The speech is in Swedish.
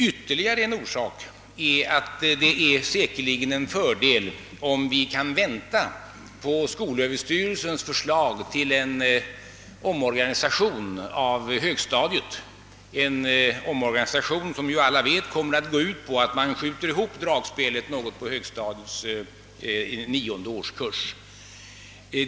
För det tredje är det säkerligen en fördel om vi kan vänta på skolöverstyrelsens förslag till en omorganisation av högstadiet. Som alla vet kommer denna omorganisation att gå ut på att man skjuter ihop »dragspelet» något i högstadiets nionde årskurs.